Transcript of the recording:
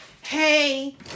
Hey